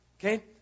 Okay